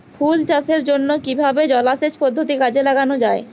ফুল চাষের জন্য কিভাবে জলাসেচ পদ্ধতি কাজে লাগানো যাই?